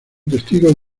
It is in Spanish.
testigos